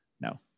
no